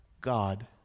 God